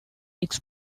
its